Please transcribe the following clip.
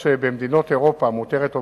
תשובה על שאילתא מס'